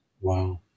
Wow